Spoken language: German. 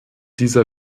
dieser